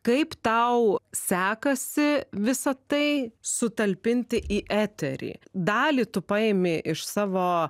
kaip tau sekasi visa tai sutalpinti į eterį dalį tu paimi iš savo